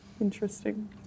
Interesting